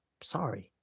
sorry